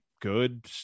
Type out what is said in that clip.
good